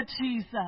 Jesus